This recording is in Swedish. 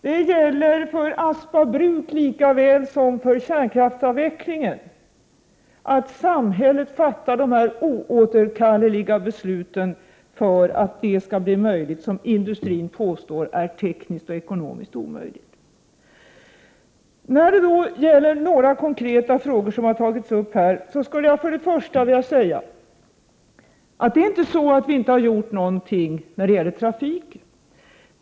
Det gäller för Aspa Bruk lika väl som för kärnkraftsavvecklingen att samhället fattar de oåterkalleliga besluten för att det skall bli möjligt som industrin påstår är tekniskt och ekonomiskt omöjligt. Här har det tagits upp vissa konkreta frågor, och jag skulle först vilja säga 123 att det inte förhåller sig så, att vi ingenting gjort beträffande trafiken.